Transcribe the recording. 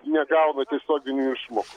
negauna tiesioginių išmokų